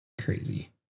crazy